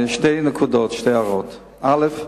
שתי הערות: א.